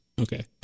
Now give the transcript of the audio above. Okay